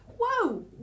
Whoa